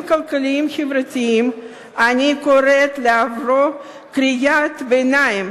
כלכליים-חברתיים אני קוראת לעברו קריאת ביניים: